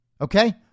okay